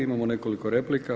Imamo nekoliko replika.